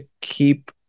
keep